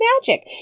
magic